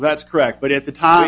that's correct but at the time